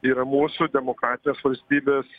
yra mūsų demokratinės valstybės